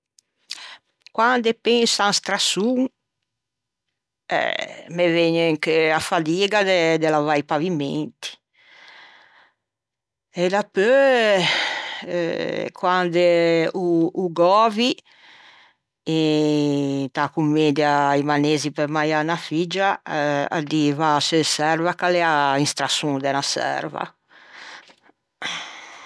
Quande penso à un strasson eh me vëgne in cheu a fadiga de lavâ i pavimenti e dapeu quande o Govi inta commedia “I manezzi pe maiâ unna figgia” o diva a seu serva ch'a l'ea un strasson de unna serva.